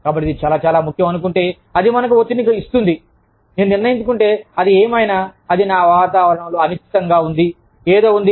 కాబట్టి ఇది చాలా చాలా ముఖ్యం అనుకుంటే అది మనకు ఒత్తిడిని ఇస్తుంది నేను నిర్ణయించుకుంటే అది ఏమైనా అది నా వాతావరణంలో అనిశ్చితంగా ఉంది ఏదో ఉంది